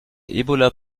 ebola